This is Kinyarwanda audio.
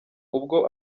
ubwo